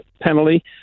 penalty